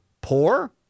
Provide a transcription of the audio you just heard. poor